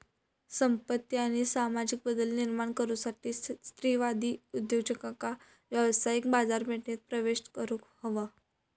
संपत्ती आणि सामाजिक बदल निर्माण करुसाठी स्त्रीवादी उद्योजकांका व्यावसायिक बाजारपेठेत प्रवेश करुक हवा